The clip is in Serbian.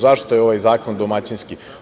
Zašto je ovaj zakon domaćinski?